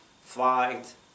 fight